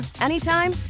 anytime